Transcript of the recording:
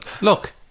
Look